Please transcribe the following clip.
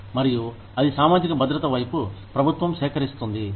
మరియు అది సామాజిక భద్రత వైపు ప్రభుత్వం సేకరిస్తుంది